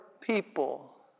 people